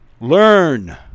Learn